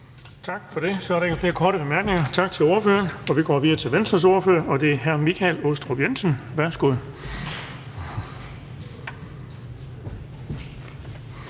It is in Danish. Tak for det. Der er ikke nogen korte bemærkninger. Tak til ordføreren. Og vi går videre til Nye Borgerliges ordfører, og det er fru Mette Thiesen. Værsgo.